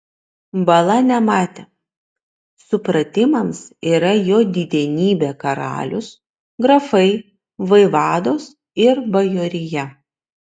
bala nematė supratimams yra jo didenybė karalius grafai vaivados ir bajorija